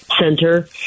center